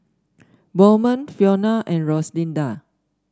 Bowman Fiona and Rosalinda